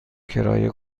کرایه